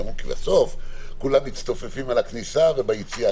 כי אמרו שבסוף כולם מצטופפים על הכניסה וביציאה,